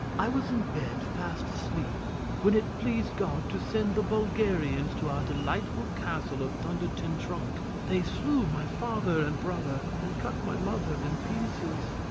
i was in bed and fast asleep when it pleased god to send the bulgarians to our delightful castle of thunder-ten-tronckh they slew my father and brother, and cut my mother in pieces.